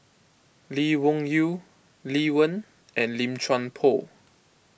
Lee Wung Yew Lee Wen and Lim Chuan Poh